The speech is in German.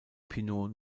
pinot